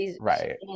Right